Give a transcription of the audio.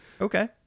Okay